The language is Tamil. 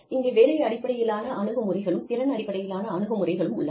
இங்கே வேலை அடிப்படையிலான அணுகுமுறைகளும் திறன் அடிப்படையிலான அணுகுமுறைகளும் உள்ளன